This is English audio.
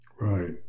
Right